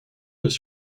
was